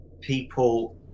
people